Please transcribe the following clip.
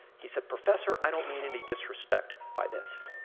he said, professor, i don't mean any disrespect by this,